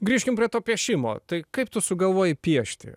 grįžkim prie to piešimo tai kaip tu sugalvojai piešti